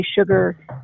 sugar